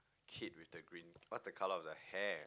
kid with the green what's the colour of the hair